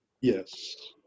Yes